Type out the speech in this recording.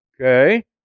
Okay